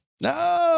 No